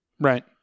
Right